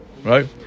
right